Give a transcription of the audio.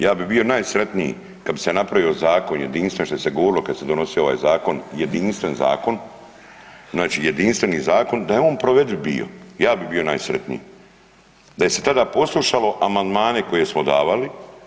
Ja bi bio najsretniji kad bi se napravio zakon jedinstven što se govorilo kada se donosio ovaj zakon, jedinstven zakon, znači jedinstveni zakon da je on provediv bio, ja bi bio najsretniji, da je se tada poslušalo amandmane koje smo davali.